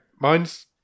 mine's